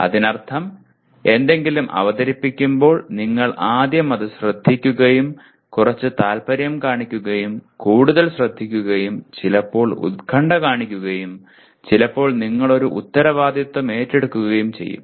അതിനർത്ഥം എന്തെങ്കിലും അവതരിപ്പിക്കുമ്പോൾ നിങ്ങൾ ആദ്യം അത് ശ്രദ്ധിക്കുകയും കുറച്ച് താൽപ്പര്യം കാണിക്കുകയും കൂടുതൽ ശ്രദ്ധിക്കുകയും ചിലപ്പോൾ ഉത്കണ്ഠ കാണിക്കുകയും ചിലപ്പോൾ നിങ്ങൾ ഒരു ഉത്തരവാദിത്തം ഏറ്റെടുക്കുകയും ചെയ്യും